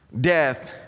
Death